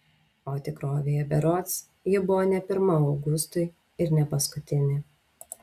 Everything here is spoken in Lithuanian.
o tikrovėje berods ji buvo ne pirma augustui ir ne paskutinė